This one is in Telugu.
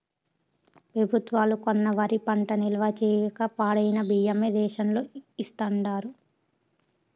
పెబుత్వాలు కొన్న వరి పంట నిల్వ చేయక పాడైన బియ్యమే రేషన్ లో ఇస్తాండారు